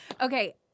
Okay